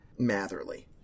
Matherly